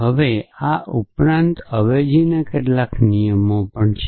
હવે આ ઉપરાંત અવેજીના કેટલાક નિયમો પણ છે